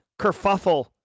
kerfuffle